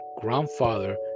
grandfather